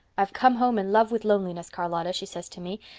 i've come home in love with loneliness, charlotta she says to me,